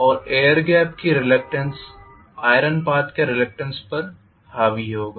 और air gap की reluctance iron path के रिलक्टेन्स पर हावी होगा